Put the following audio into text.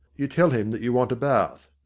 you tell him that you want a bath.